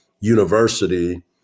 university